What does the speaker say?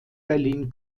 berlin